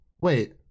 wait